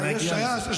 שנייה, נגיע לזה.